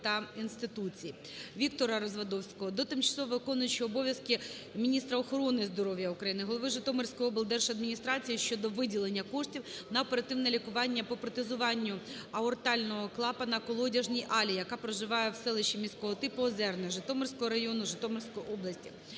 Віктора Развадовського до тимчасово виконуючого обов'язкиміністра охорони здоров'я України, голови Житомирської облдержадміністрації щодо виділення коштів на оперативне лікування по протезуванню аортального клапанаКолодяжній Аллі Миколаївні, яка проживає в селищі міського типу Озерне Житомирського району Житомирської області.